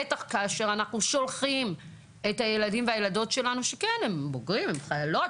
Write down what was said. בטח כשאנחנו שולחים את הילדים והילדות שלנו שהם בוגרים; הם חיילות,